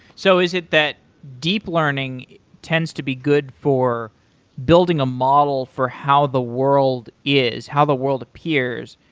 so is it that deep learning tends to be good for building a model for how the world is, how the world appears,